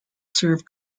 serve